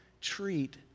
treat